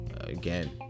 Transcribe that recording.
Again